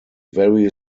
very